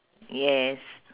yes